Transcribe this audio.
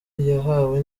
yahawe